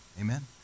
Amen